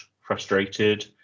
frustrated